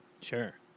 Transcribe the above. Sure